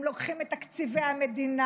הם לוקחים את תקציבי המדינה,